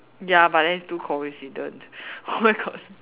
ya but then it's too coincident where got